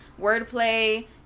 wordplay